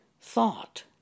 thought